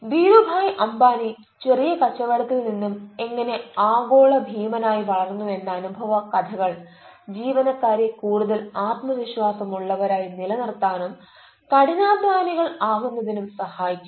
ധീരുഭായി അംബാനി ചെറിയ കച്ചവടത്തിൽ നിന്നും എങ്ങനെ ആഗോള ഭീമൻ ആയി വളർന്നു എന്ന അനുഭവ കഥകൾ ജീവനക്കാരെ കൂടുതൽ ആത്മവിശ്വാസം ഉള്ളവരായി നിലനിർത്താനും കഠിനാധ്വാനികൾ ആകുന്നതിനും സഹായിക്കും